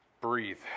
breathe